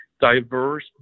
diverse